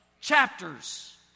Chapters